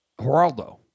Geraldo